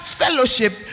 fellowship